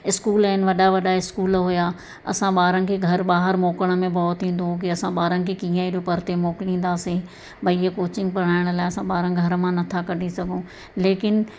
school आहिनि वॾा वॾा स्कूल हुआ असां ॿारनि खे घर ॿाहिरि मोकिलण में भउ थींदो हुओ की असां ॿारनि खे कीअं एॾो परिते मोकिलींदासीं भई हीअ कोचिंग पढ़ाइण लाइ असां ॿार घर मां नथा कढी सघूं लेकिन